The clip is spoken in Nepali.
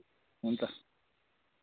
हुन्छ